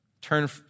Turn